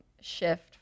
shift